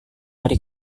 dari